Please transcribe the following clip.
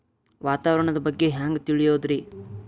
ವಾತಾವರಣದ ಬಗ್ಗೆ ಹ್ಯಾಂಗ್ ತಿಳಿಯೋದ್ರಿ?